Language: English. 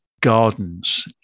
gardens